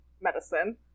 medicine